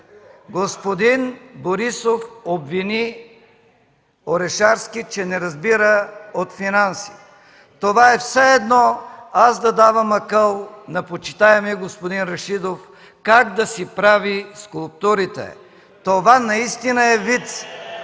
господин Борисов обвини Орешарски, че не разбира от финанси. Това е все едно аз да давам акъл на почитаемия господин Рашидов как да си прави скулптурите. Това наистина е виц.